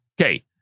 Okay